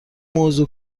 موضوع